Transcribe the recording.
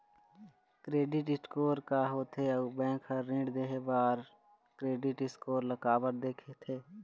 Credit score का होथे अउ बैंक हर ऋण देहे बार क्रेडिट स्कोर ला काबर देखते?